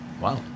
Wow